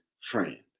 friend